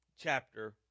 chapter